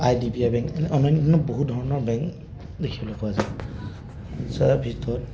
I D B I bank অন্যান্য বহু ধৰণৰ বেংক দেখিবলৈ পোৱা যায় যাৰ ভিতৰত